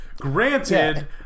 Granted